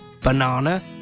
banana